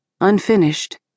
unfinished